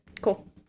cool